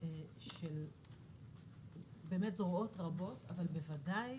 של זרועות רבות, אבל בוודאי